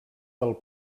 del